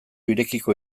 irekiko